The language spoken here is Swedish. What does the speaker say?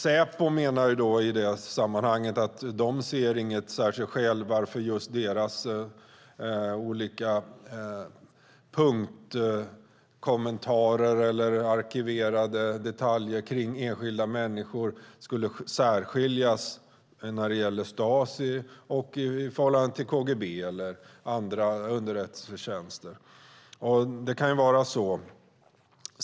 Säpo menar i detta sammanhang att man inte ser något särskilt skäl till att just deras olika punktkommentarer eller arkiverade detaljer kring enskilda människor skulle särskiljas när det gäller Stasi i förhållande till KGB eller andra underrättelsetjänster. Det kan ju vara så.